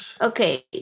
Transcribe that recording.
okay